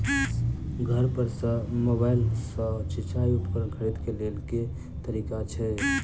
घर पर सऽ मोबाइल सऽ सिचाई उपकरण खरीदे केँ लेल केँ तरीका छैय?